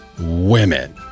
women